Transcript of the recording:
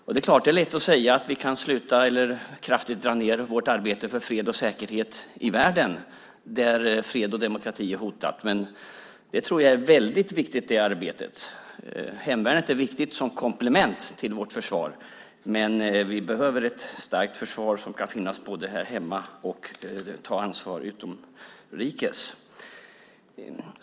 Det är klart att det är lätt att säga att vi kan sluta med eller kraftigt dra ned på vårt arbete för fred och säkerhet i världen där fred och demokrati är hotat. Men det arbetet tror jag är väldigt viktigt. Hemvärnet är viktigt som komplement till vårt försvar, men vi behöver ett starkt försvar som kan både finnas här hemma och ta ansvar utrikes.